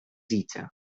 detail